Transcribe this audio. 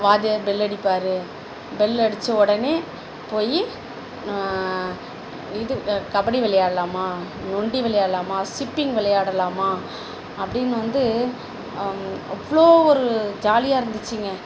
வாத்தியாரு bell அடிப்பாரு bell அடித்த உடனே போய் இது கபடி விளையாடலாமா நொண்டி விளையாடலாமா ஸிப்பிங் விளையாடலாமா அப்படின்னு வந்து அவ்வளோ ஒரு ஜாலியாக இருந்துச்சுங்க